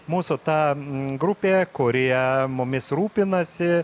mūsų ta grupė kurie mumis rūpinasi